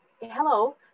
hello